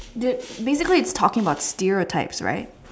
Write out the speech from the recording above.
it's basically it's talking about stereotypes right